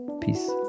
peace